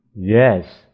Yes